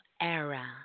era